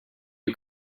you